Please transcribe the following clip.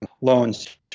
loans